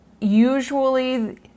usually